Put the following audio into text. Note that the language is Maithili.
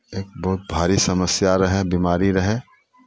एक बहुत भारी समस्या रहै बिमारी रहै